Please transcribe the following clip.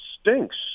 stinks